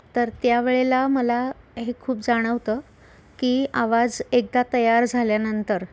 तर त्यावेळेला मला हे खूप जाणवतं की आवाज एकदा तयार झाल्यानंतर